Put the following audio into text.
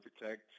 protect